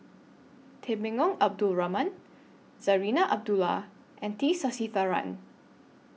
Temenggong Abdul Rahman Zarinah Abdullah and T Sasitharan